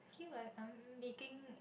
okay what I'm making